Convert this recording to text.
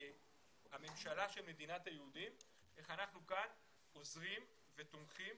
כממשלה של מדינת היהודים עוזרים ותומכים